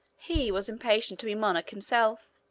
he was impatient to be monarch himself.